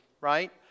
right